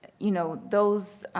ah you know, those,